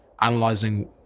analyzing